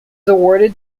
awarded